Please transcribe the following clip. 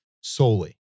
solely